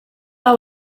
hau